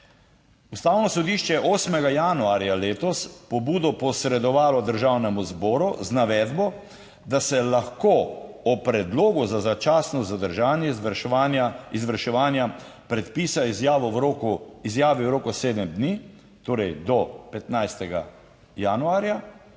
Ustavno sodišče je 8. januarja letos pobudo posredovalo državnemu zboru z navedbo, da se lahko o predlogu za začasno zadržanje izvrševanja predpisa, izjavo v roku, izjavi v roku sedem dni, torej do 15. januarja,